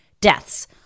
deaths